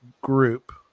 group